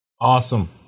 Awesome